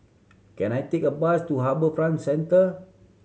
can I take a bus to HarbourFront Centre